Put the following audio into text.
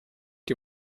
die